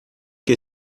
que